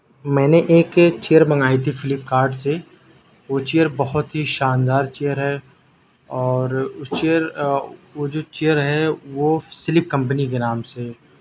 میں نے ایک ایک چیئر منگائی تھی فلپکارٹ سے وہ چیئر بہت ہی شاندار چیئر ہے اور اس چیئر وہ جو چیئر ہے وہ سلپ کمپنی کے نام سے ہے